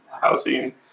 housing